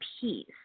peace